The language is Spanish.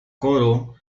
coro